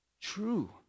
true